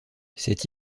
cet